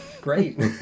great